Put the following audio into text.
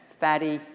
fatty